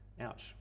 Ouch